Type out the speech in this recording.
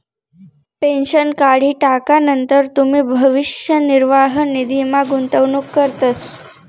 pension काढी टाकानंतर तुमी भविष्य निर्वाह निधीमा गुंतवणूक करतस